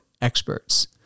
experts